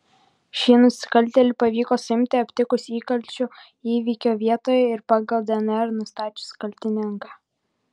šį nusikaltėlį pavyko suimti aptikus įkalčių įvykio vietoje ir pagal dnr nustačius kaltininką